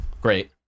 Great